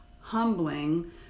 humbling